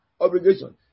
obligation